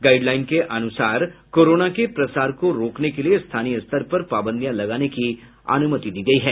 guideline के अनुसार corona के प्रसार को रोकने के लिए स्थानीय स्तर पर पाबंदियां लगाने की अनुमति दी गयी है